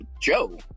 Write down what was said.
joe